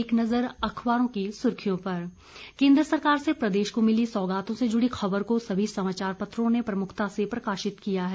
एक नजर अखबारों की सुर्खियों पर केंद्र सरकार से प्रदेश को मिली सौगातों से जुड़ी खबर को सभी समाचार पत्रों ने प्रमुखता से प्रकाशित किया है